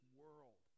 world